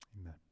amen